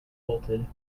bolted